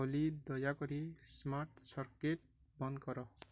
ଓଲି ଦୟାକରି smart socket ବନ୍ଦ କର